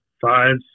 five